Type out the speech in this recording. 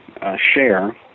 share